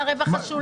מה הרווח השולי?